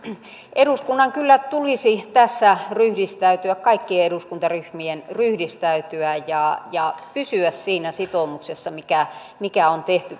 eduskunnan kyllä tulisi tässä ryhdistäytyä kaikkien eduskuntaryhmien ryhdistäytyä ja ja pysyä siinä sitoumuksessa mikä mikä on tehty